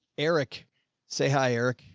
eric say, hi, eric.